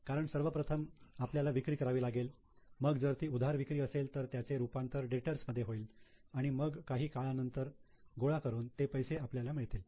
कारण सर्वप्रथम आपल्याला विक्री करावी लागेल मग जर ती उधार विक्री असेल तर त्याचे रूपांतर डेटर्स मध्ये होईल आणि मग काही काळानंतर गोळा करून ते पैसे आपल्याला मिळतात